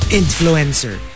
influencer